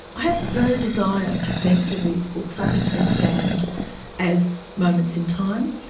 i have no desire to censor these books, i think they stand as moments in time.